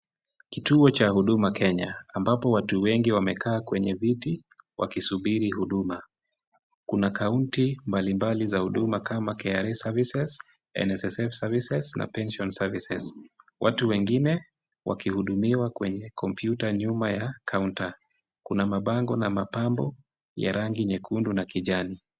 Kituo cha Huduma Kenya ambapo watu wengi wamekaa kwenye viti wakisubiri huduma. Kuna kaunta mbalimbali za huduma kama KRA Services, NSSF Services na Pension Services . Watu wengine wakihudumiwa kwenye kompyuta nyuma ya kaunta. Kuna mabango na mapambo ya rangi nyekundu na kijani.